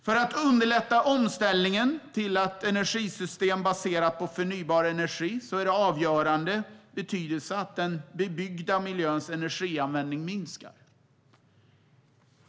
För att underlätta omställningen till ett energisystem baserat på förnybar energi är det av avgörande betydelse att den bebyggda miljöns energianvändning minskar.